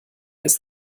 ist